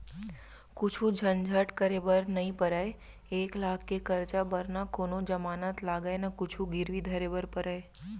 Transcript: कुछु झंझट करे बर नइ परय, एक लाख के करजा बर न कोनों जमानत लागय न कुछु गिरवी धरे बर परय